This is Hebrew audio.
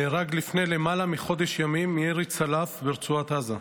נהרג לפני למעלה מחודש ימים מירי צלף ברצועת עזה.